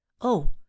Oh